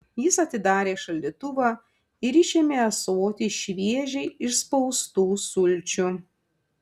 jis atidarė šaldytuvą ir išėmė ąsotį šviežiai išspaustų sulčių